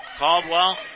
Caldwell